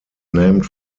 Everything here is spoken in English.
named